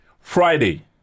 Friday